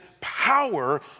power